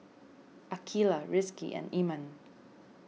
Aqeelah Rizqi and Iman